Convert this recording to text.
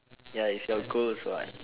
ya is your goals [what]